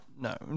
No